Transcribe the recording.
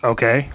Okay